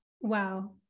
wow